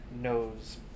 knows